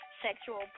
sexual